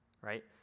Right